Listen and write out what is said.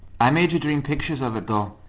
i made you dream pictures of it, though.